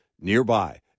nearby